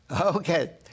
Okay